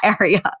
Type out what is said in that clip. area